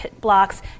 blocks